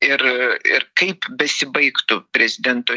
ir ir kaip besibaigtų prezidento